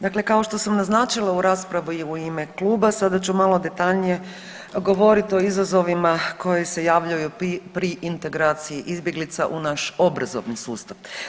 Dakle, kao što sam naznačila u raspravi u ime kluba sada ću malo detaljnije govoriti o izazovima koji se javljaju pri integraciji izbjeglica u naš obrazovni sustav.